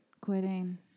Quitting